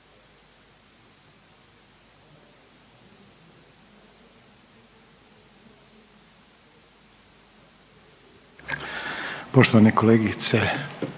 poštovana kolegica